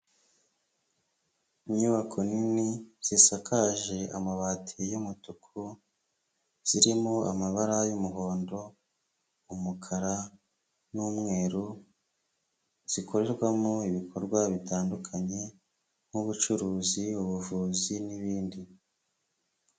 Inyubako nini zisakaje amabati y'umutuku, zirimo amabara y'umuhondo, umukara n'umweru, zikorerwamo ibikorwa bitandukanye nk'ubucuruzi, ubuvuzi n'ibindi.